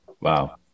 Wow